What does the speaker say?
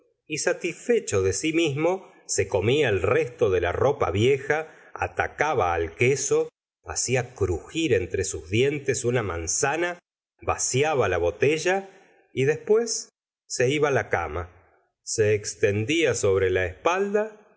y satisfecho de si mismo se comía el resto de la ropa vieja atacaba al queso hacia crugir entre sus dientes una manzana vaciaba la botella y después se iba la cama se extendía sobre la espalda